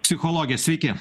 psichologė sveiki